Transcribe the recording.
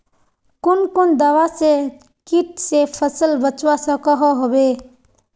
कुन कुन दवा से किट से फसल बचवा सकोहो होबे?